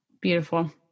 Beautiful